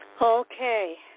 Okay